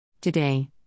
Today